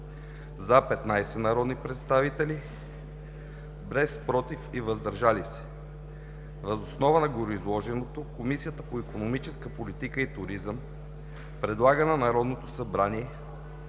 – 15 народни представители, без „против“ и „въздържали се“. Въз основа на гореизложеното Комисията по икономическа политика и туризъм предлага на Народното събрание